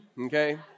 okay